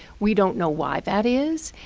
we don't know why that is,